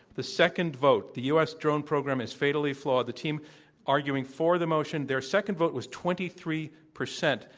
the second vote, the u. s. drone program is fatally flawed. the team arguing for the motion, their second vote was twenty three percent.